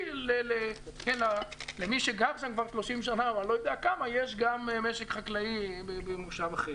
כי למי שגר שם כבר 30 שנה יש גם משק חקלאי במושב אחר?